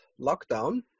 lockdown